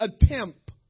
attempt